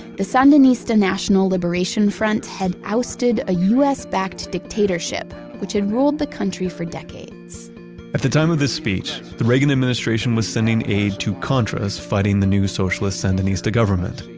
the sandinista national liberation front had ousted a u s. backed dictatorship, which had ruled the country for decades at the time of this speech, the reagan administration was sending aid to contras fighting the new socialist sandinista government,